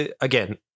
again